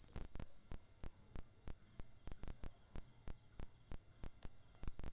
security promissory note एका व्यक्तीकडून दुसऱ्या व्यक्तीला त्याच्या वचनाच्या स्वरूपात दिली जाते